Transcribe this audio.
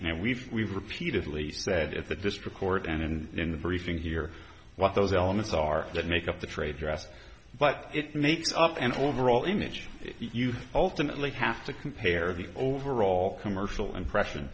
and we've we've repeatedly said at the district court and in the briefing here what those elements are that make up the trade dress but it makes up an overall image you ultimately have to compare the overall commercial impression